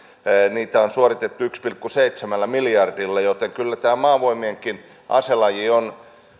suoritettu yhdellä pilkku seitsemällä miljardilla joten kyllä tämä maavoimienkin aselaji on